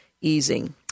easing